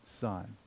Son